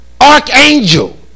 Archangel